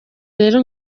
rero